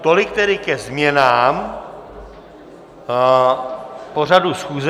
Tolik tedy ke změnám pořadu schůze.